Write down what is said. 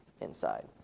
inside